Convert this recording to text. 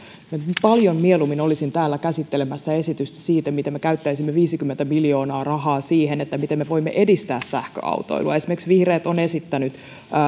paljon mieluummin olisin täällä käsittelemässä esitystä siitä miten me käyttäisimme viisikymmentä miljoonaa rahaa siihen miten me voimme edistää sähköautoilua esimerkiksi vihreät ovat esittäneet